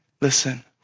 listen